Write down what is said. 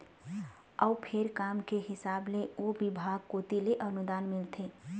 अउ फेर काम के हिसाब ले ओ बिभाग कोती ले अनुदान मिलथे